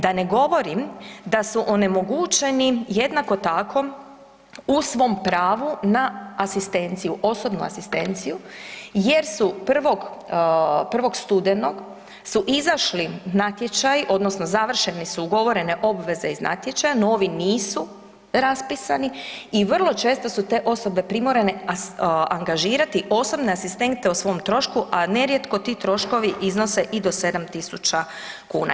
Da ne govorim da su onemogućeni jednako tako u svom pravu na asistenciju, osobnu asistenciju jer su prvog, 1. studenog su izašli natječaji odnosno završeni su, ugovorene obveze iz natječaja, novi nisu raspisani i vrlo često su te osobe primorane angažirati osobne asistente o svom trošku, a nerijetko ti troškovi iznose i do 7.000 kuna.